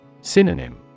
Synonym